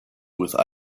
with